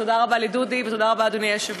תודה רבה לדודי, ותודה רבה, אדוני היושב-ראש.